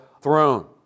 throne